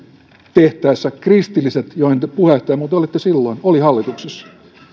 tehtäessä kristilliset joiden puheenjohtaja muuten olitte silloin olivat hallituksessa